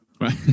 Right